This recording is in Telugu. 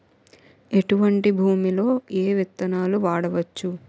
ఎటువంటి భూమిలో ఏ విత్తనాలు వాడవచ్చు?